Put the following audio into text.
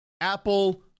Apple